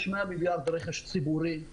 יש 100 מיליארד רכש ציבורי.